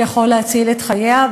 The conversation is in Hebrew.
תיקון שיכול להציל את חייה.